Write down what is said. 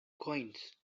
coins